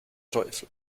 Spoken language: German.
teufel